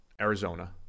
Arizona